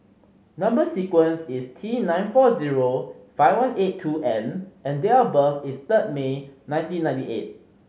number sequence is T nine four zero five one eight two N and date of birth is third May nineteen ninety eight